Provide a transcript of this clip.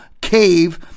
cave